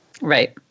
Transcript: Right